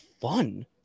fun